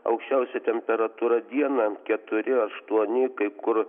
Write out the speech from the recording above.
aukščiausia temperatūra dieną keturi aštuoni kai kur